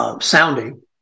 Sounding